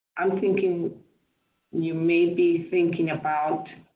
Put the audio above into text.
i'm thinking you may be thinking about